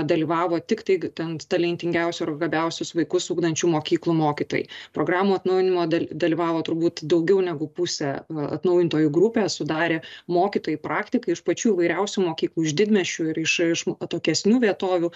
dalyvavo tiktai ten talentingiausių ar gabiausius vaikus ugdančių mokyklų mokytojai programų atnaujinime dalyvavo turbūt daugiau negu pusė atnaujintojų grupę sudarė mokytojai praktikai iš pačių įvairiausių mokyklų iš didmiesčių ir iš iš atokesnių vietovių